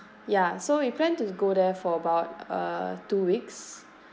ya so we plan to go there for about uh two weeks